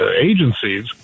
agencies